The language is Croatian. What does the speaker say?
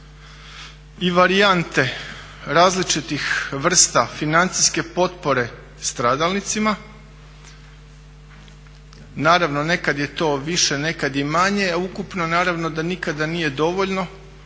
i varijante različitih vrsta financijske potpore stradalnicima. Naravno, nekad je to više nekad je manje, a ukupno naravno da nikada nije dovoljno